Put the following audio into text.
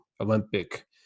olympic